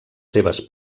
seves